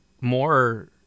more